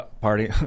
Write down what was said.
party